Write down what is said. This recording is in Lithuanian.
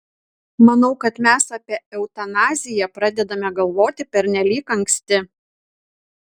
manau kad mes apie eutanaziją pradedame galvoti pernelyg anksti